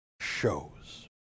shows